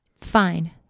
fine